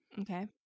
Okay